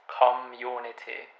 community